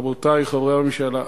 רבותי חברי הממשלה,